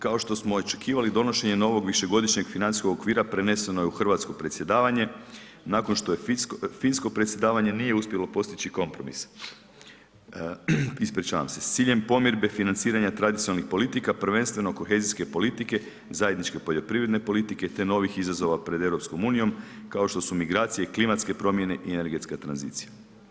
Kao što smo očekivali donošenje je novog višegodišnjeg financijskog okvira preneseno je u hrvatsko predsjedavanje nakon što finsko predsjedavanje nije uspjelo postići kompromis s ciljem pomirbe financiranja tradicionalnih politika, prvenstveno kohezijske politike, zajedničke poljoprivredne politike te novih izazova pred EU kao što su migracije, klimatske promjene i energetska tranzicija.